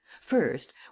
first